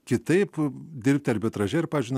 kitaip dirbti arbitraže ir pavyzdžiui na